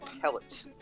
pellet